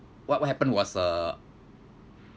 what what happened was uh